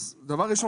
דבר ראשון,